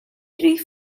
rhif